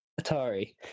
Atari